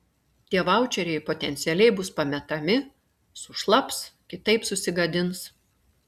tie vaučeriai potencialiai bus pametami sušlaps kitaip susigadins